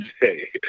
today